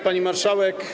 Pani Marszałek!